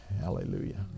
Hallelujah